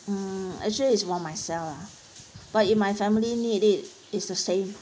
um actually it's more myself lah but if my family need it it's the same